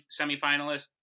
semifinalist